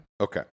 Okay